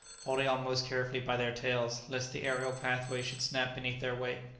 holding on most carefully by their tails, lest the aerial pathway should snap beneath their weight.